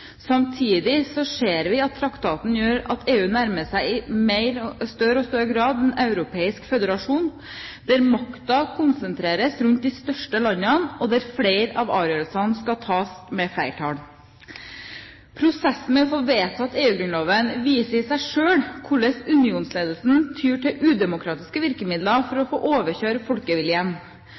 Samtidig ser vi at traktaten gjør at EU i større og større grad nærmer seg en europeisk føderasjon, der makten konsentreres rundt de største landene, og der flere av avgjørelsene skal tas med flertall. Prosessen med å få vedtatt EU-grunnloven viser i seg selv hvordan unionsledelsen tyr til udemokratiske virkemidler for å få overkjøre folkeviljen.